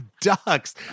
ducks